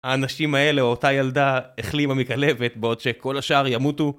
האנשים האלה או אותה ילדה החלימה מכלבת בעוד שכל השאר ימותו